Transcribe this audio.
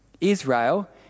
Israel